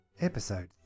Episode